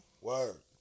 Word